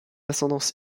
ascendance